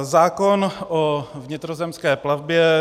Zákon o vnitrozemské plavbě.